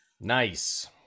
Nice